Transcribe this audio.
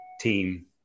team